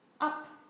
Up